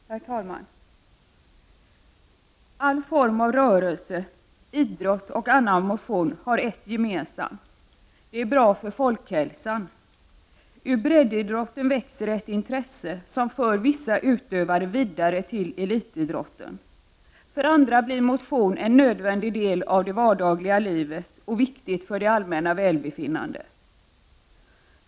Herr talman! All form av rörelse, idrott och annan motion har ett gemensamt: Det är bra för folkhälsan. Ur breddidrotten växer ett intresse som för vissa utövare vidare till elitidrotten. För andra blir motion en nödvändig del av det vardagliga livet och viktigt för det allmänna välbefinnandet.